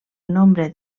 nombre